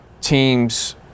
teams